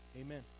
Amen